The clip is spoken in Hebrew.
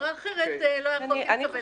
ומחברה אחרת לא יכולתי לקבל החזר.